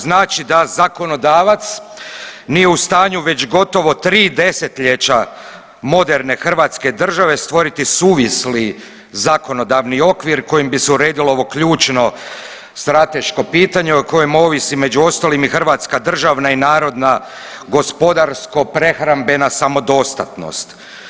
Znači da zakonodavac nije u stanju već gotovo 3 desetljeća moderne hrvatske države stvoriti suvisli zakonodavni okvir kojim bi se uredilo ovo ključno strateško pitanje o koje ovisi među ostalim i hrvatska državna i narodna gospodarsko prehrambena samodostatnost.